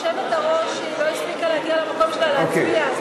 היושבת-ראש לא הספיקה להגיע למקום שלה להצביע.